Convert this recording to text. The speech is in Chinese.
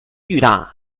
巨大